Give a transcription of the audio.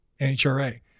NHRA